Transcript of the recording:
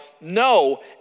no